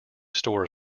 store